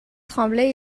tremblaient